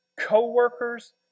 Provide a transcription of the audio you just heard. co-workers